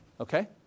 Okay